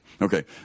Okay